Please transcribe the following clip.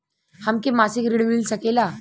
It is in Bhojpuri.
हमके मासिक ऋण मिल सकेला?